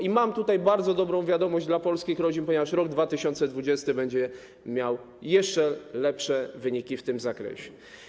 I mam bardzo dobrą wiadomość dla polskich rodzin, ponieważ rok 2020 będzie miał jeszcze lepsze wyniki w tym zakresie.